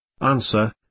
Answer